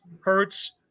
Hertz